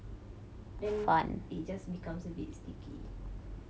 then it just becomes a bit sticky